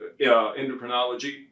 endocrinology